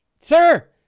Sir